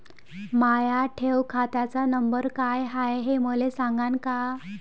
माया ठेव खात्याचा नंबर काय हाय हे मले सांगान का?